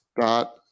dot